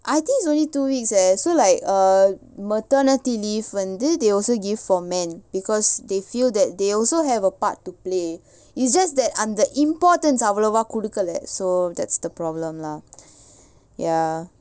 I think it's only two weeks eh so like err maternity leave வந்து:vanthu they also give for men because they feel that they also have a part to play it's just that அந்த:antha importance அவலோவா குடுகல:avalovaa kudukala so that's the problem lah ya